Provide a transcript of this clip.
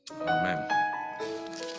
amen